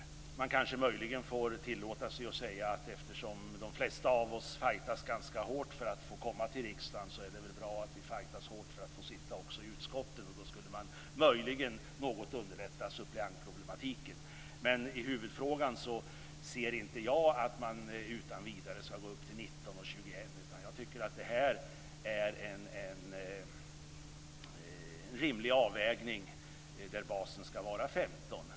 Man kanske möjligen får tillåta sig att säga att eftersom de flesta av oss fightas ganska hårt för att få komma till riksdagen så är det väl bra att vi fightas hårt för att få sitta också i utskotten. Då skulle man möjligen något underlätta suppleantproblematiken. Men i huvudfrågan ser inte jag att man utan vidare skall gå upp till 19 eller 21 ledamöter, utan jag tycker att det här är en rimlig avvägning och att basen skall vara 15.